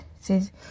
says